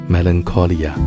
Melancholia